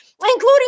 including